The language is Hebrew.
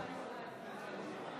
טייב וקרעי.